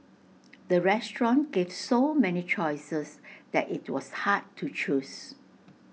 the restaurant gave so many choices that IT was hard to choose